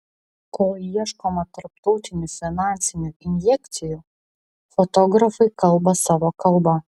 kol ieškoma tarptautinių finansinių injekcijų fotografai kalba savo kalba